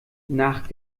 nach